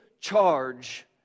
charge